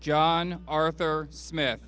john arthur smith